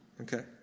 Okay